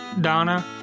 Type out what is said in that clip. Donna